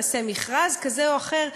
נעשה מכרז כזה או אחר.